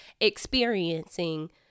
experiencing